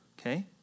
okay